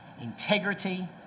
integrity